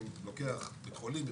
אני לוקח בית חולים,